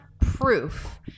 proof